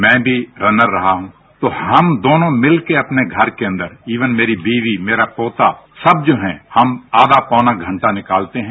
मैं भी रनर रहा हूं तो हम दोनों मिलकर अपने घर के अंदर मेरी बीबी मेरा पोता सब जो है आधा पौना घंटा निकालते है